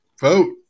vote